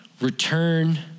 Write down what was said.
return